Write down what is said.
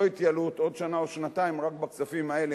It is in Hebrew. התייעלות עוד שנה או שנתיים רק בכספים האלה,